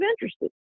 interested